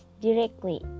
directly